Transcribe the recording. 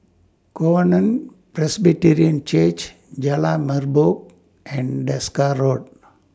Covenant Presbyterian Church Jalan Merbok and Desker Road